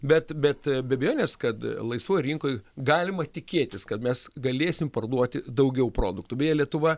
bet bet be abejonės kad laisvoj rinkoj galima tikėtis kad mes galėsime parduoti daugiau produktų beje lietuva